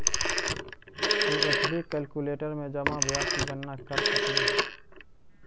तु FD calculator में जमा ब्याज की गणना कर सकलू हे